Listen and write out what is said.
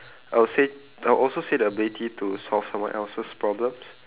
I would say I will also say the ability to solve someone else's problems